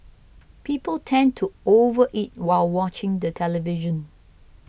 people tend to overeat while watching the television